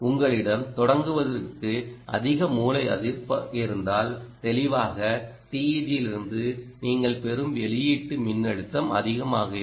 உங்களிடம் தொடங்குவதற்கு அதிக மூல எதிர்ப்பு இருந்தால் தெளிவாக TEG இலிருந்து நீங்கள் பெறும் வெளியீட்டு மின்னழுத்தம் அதிகமாக இருக்கும்